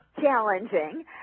challenging